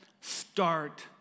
start